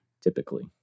typically